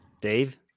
Dave